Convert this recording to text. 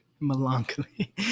Melancholy